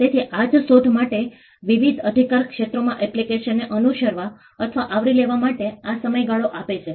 તેથી આ જ શોધ માટે વિવિધ અધિકારક્ષેત્રોમાં એપ્લિકેશનને અનુસરવા અથવા આવરી લેવા માટે આ સમયગાળો આપે છે